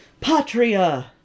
Patria